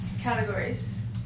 categories